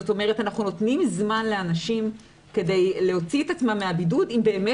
כלומר אנחנו נותנים זמן לאנשים כדי להוציא את עצמם מן הבידוד אם באמת